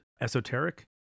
esoteric